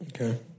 Okay